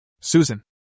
Susan